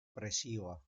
presioa